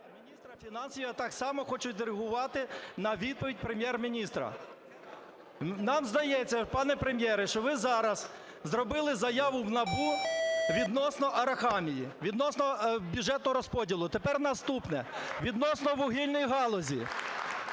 міністра фінансів. Я так само хочу відреагувати на відповідь Прем'єр-міністра. Нам здається, пане Прем'єре, що ви зараз зробили заяву в НАБУ відносно Арахамії, відносно бюджетного розподілу. Тепер наступне: відносно вугільної галузі.